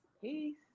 Peace